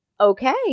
Okay